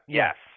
yes